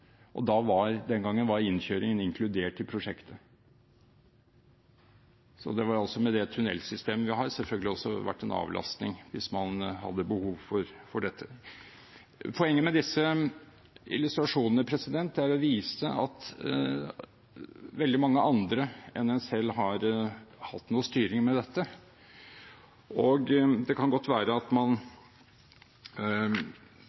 at da prosjektet første gang antegnet seg i de meget – skal vi si – overordnede, for ikke å si overfladiske, betegnelsene i budsjettet, sto det under P26, og den gangen var innkjøringen inkludert i prosjektet. Med det tunnelsystemet vi har, hadde det selvfølgelig vært en avlastning hvis man hadde behov for det. Poenget med disse illustrasjonene er å vise at veldig mange andre enn en selv har hatt styring